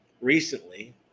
recently